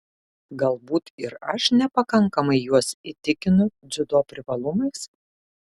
galbūt ir aš nepakankamai juos įtikinu dziudo privalumais